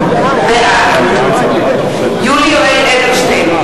בעד יולי יואל אדלשטיין,